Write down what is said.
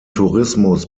tourismus